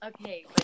Okay